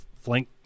flank